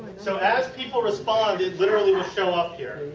so as people respond it literally will show up here.